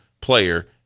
player